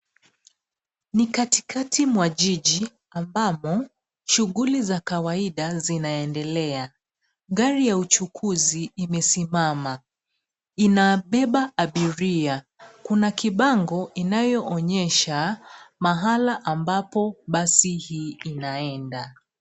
Ni katikati mwa jiji ambamo shughuli za kawaida zinaendelea. Gari ya uchukuzi imesimama, inabeba abiria. Kuna kibango inayoonyesha mahala ambapo basi hii linaenda.